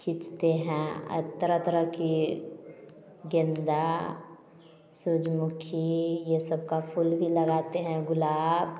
खीचते हैं आ तरह तरह की गेंदा सूरजमुखी ये सबका फूल भी लगाते हैं गुलाब